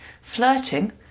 flirting